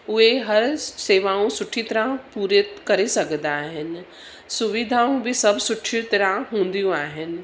उहे हर सेवाऊं सुठी तरह पूरे करे सघंदा आहिनि सुविधाऊं बि सभु सुठियूं तरह हूंदियूं आहिनि